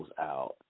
out